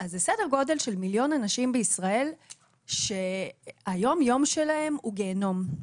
זה סדר גודל של מיליון אנשים בישראל שהיומיום שלהם הוא גיהנום,